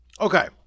Okay